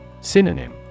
Synonym